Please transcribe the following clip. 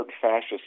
fascist